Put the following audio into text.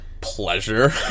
pleasure